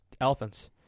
elephants